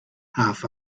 half